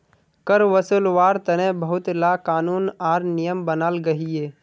कर वासूल्वार तने बहुत ला क़ानून आर नियम बनाल गहिये